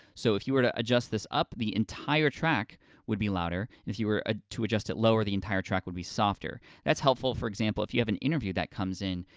so if you were to adjust this up, the entire track would be louder, and if you were ah to adjust it lower, the entire track would be softer. that's helpful, for example, if you have an interview that comes in,